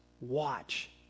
watch